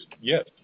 yes